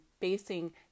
facing